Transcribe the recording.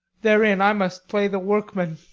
therein i must play the workman.